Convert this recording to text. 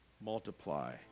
multiply